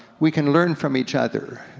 we can learn from each other.